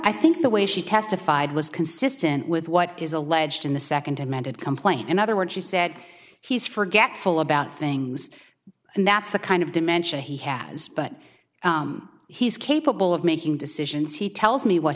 i think the way she testified was consistent with what is alleged in the second amended complaint in other words she said he's forgetful about things and that's the kind of dementia he has but he's capable of making decisions he tells me what